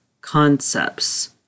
concepts